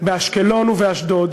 באשקלון ובאשדוד,